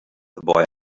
boy